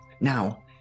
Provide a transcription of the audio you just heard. Now